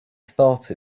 thought